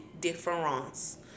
difference